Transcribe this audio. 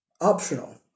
optional